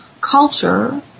culture